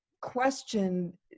question